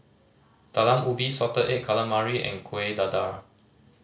Talam Ubi salted egg calamari and Kueh Dadar